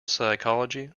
psychology